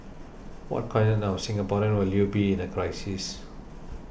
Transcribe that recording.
what kind of Singaporean will you be in a crisis